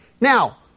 Now